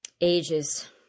Ages